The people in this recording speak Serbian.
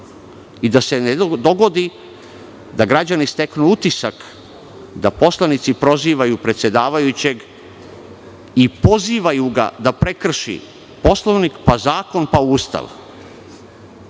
i da se ne dogodi da građani steknu utisak da poslanici prozivaju predsedavajućeg i pozivaju ga da prekrši Poslovnik, pa zakon, pa Ustav,